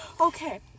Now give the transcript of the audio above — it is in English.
Okay